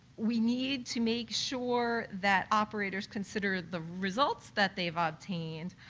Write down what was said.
we need to make sure that operators consider the results that they have ah obtained,